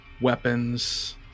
weapons